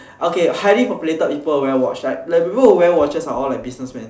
okay highly populated people will wear watch like the people who wear watches are all like businessman